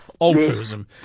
Altruism